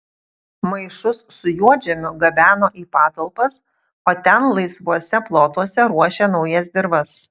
maišus su juodžemiu gabeno į patalpas o ten laisvuose plotuose ruošė naujas dirvas